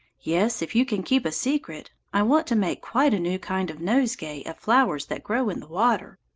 yes, if you can keep a secret. i want to make quite a new kind of nosegay, of flowers that grow in the water.